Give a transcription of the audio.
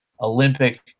Olympic